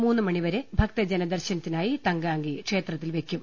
മൂന്നുമണിവരെ ഭക്തജനദർശന ത്തിനായി തങ്കഅങ്കി ക്ഷേത്രത്തിൽവെയ്ക്കും